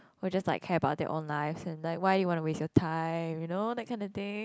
will just like care about their own lives and like why you wanna waste your time you know that kinda thing